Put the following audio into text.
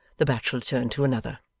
the bachelor turned to another.